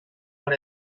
por